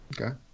Okay